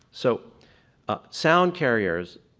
so ah sound carriers,